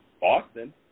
Boston